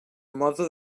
mode